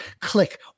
click